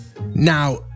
now